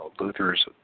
Luther's